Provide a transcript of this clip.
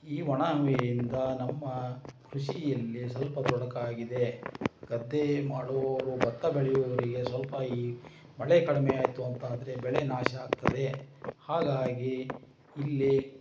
ಈ ಒಣ ಹವೆಯಿಂದ ನಮ್ಮ ಕೃಷಿಯಲ್ಲಿ ಸ್ವಲ್ಪ ತೊಡಕಾಗಿದೆ ಗದ್ದೆ ಮಾಡುವವರು ಭತ್ತ ಬೆಳೆಯುವವರಿಗೆ ಸ್ವಲ್ಪ ಈ ಮಳೆ ಕಡಿಮೆ ಆಯಿತು ಅಂತ ಆದರೆ ಬೆಳೆ ನಾಶ ಆಗ್ತದೆ ಹಾಗಾಗಿ ಇಲ್ಲಿ